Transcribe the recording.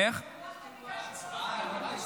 אתם הגשתם הסתייגויות,